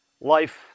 Life